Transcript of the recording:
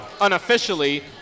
unofficially